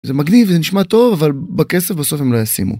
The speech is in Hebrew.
זה מגניב, זה נשמע טוב, אבל בכסף בסוף הם לא ישימו.